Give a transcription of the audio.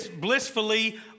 blissfully